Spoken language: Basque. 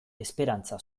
esperantza